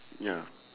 ya